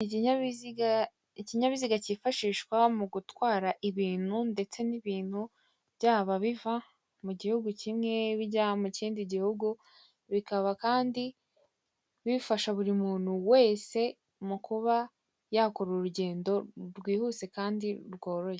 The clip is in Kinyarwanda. Ikinyabiziga cyifashishwa mu gutwara ibintu ndetse n'ibintu byaba biva mu gihugu kimwe bijya mu kindi gihugu, bikaba kandi bifasha buri muntu wese mu kuba yakora urugendo rwihuse kandi rworoshye.